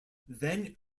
then